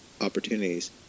opportunities